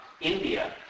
India